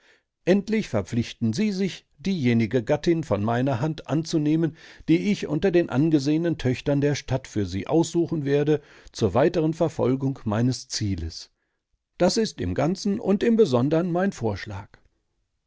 endlich verpflichten sie sich diejenige gattin von meiner hand anzunehmen die ich unter den angesehenen töchtern der stadt für sie aussuchen werde zur weiteren verfolgung meines zieles das ist im ganzen und im besondern mein vorschlag